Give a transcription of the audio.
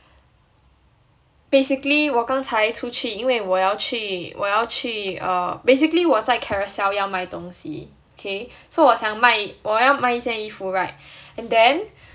basically 我刚才出去因为我要去我要去 err basically 我要在 Carousell 要卖东西 okay so 我要卖一件衣服 [right] and then